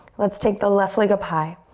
let's take the left leg up high.